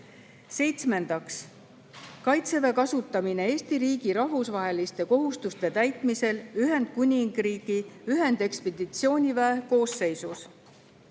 Seitsmendaks, "Kaitseväe kasutamine Eesti riigi rahvusvaheliste kohustuste täitmisel Ühendkuningriigi ühendekspeditsiooniväe koosseisus".